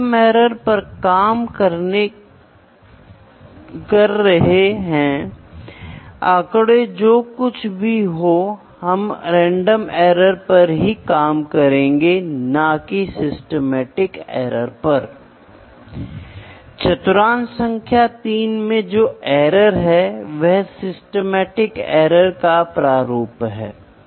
पहले उत्पादन कर रहा है और अब जब हम प्रक्रिया को स्वचालित करने का प्रयास करते हैं तो हमें प्रक्रिया या प्रक्रिया के मापदंडों को नियंत्रित करना चाहिए जो भी हो ताकि आप सबसे अच्छा कुशल प्रोडक्ट प्राप्त करने का प्रयास करें